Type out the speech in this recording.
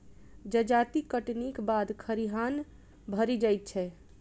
जजाति कटनीक बाद खरिहान भरि जाइत छै